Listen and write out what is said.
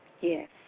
Yes